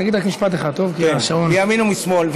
תגיד רק משפט אחד, כי השעון, מימין ומשמאל.